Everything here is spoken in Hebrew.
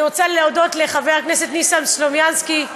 אני רוצה להודות לחבר הכנסת ניסן סלומינסקי,